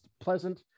pleasant